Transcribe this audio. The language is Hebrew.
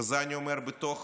וזה אני אומר בתור